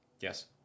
yes